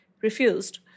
refused